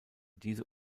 diese